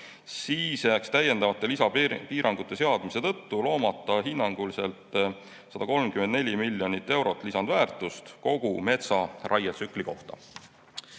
siis jääks täiendavate lisapiirangute seadmise tõttu loomata hinnanguliselt 134 miljonit eurot lisandväärtust kogu metsaraietsükli kohta.